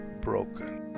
broken